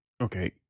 Okay